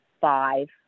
five